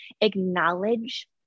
acknowledge